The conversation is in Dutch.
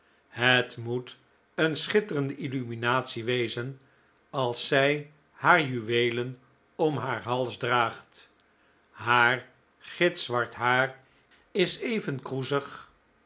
het moet een schitterende illuminatie wezen als zij haar juweelen om haar hals draagt haar gitzwart haar is even